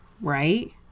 right